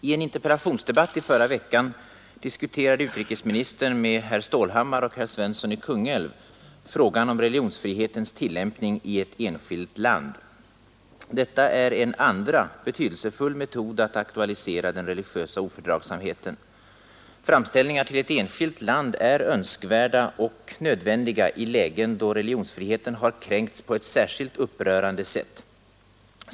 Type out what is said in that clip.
I en interpellationsdebatt i förra veckan diskuterade utrikesministern med herr Stålhammar och herr Svensson i Kungälv frågan om religionsfrihetens tillämpning i ett enskilt land. Detta är en andra betydelsefull metod att aktualisera den religiösa ofördragsamheten. Framställningar till ett enskilt land är önskvärda och nödvändiga i lägen då religionsfriheten har kränkts på ett särskilt upprörande sätt.